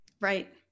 Right